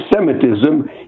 anti-Semitism